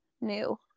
new